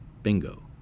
Bingo